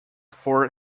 four